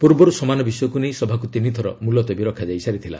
ପୂର୍ବରୁ ସମାନ ବିଷୟକୁ ନେଇ ସଭାକୁ ତିନି ଥର ମୁଲତବୀ ରଖାଯାଇଥିଲା